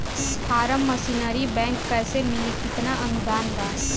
Form machinery bank कैसे मिली कितना अनुदान बा?